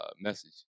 message